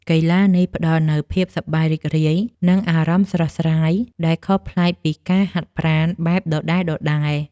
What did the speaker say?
កីឡានេះផ្ដល់នូវភាពសប្បាយរីករាយ និងអារម្មណ៍ស្រស់ស្រាយ ដែលខុសប្លែកពីការហាត់ប្រាណបែបដដែលៗ។